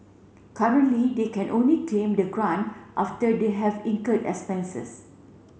currently they can only claim the grant after they have incurred expenses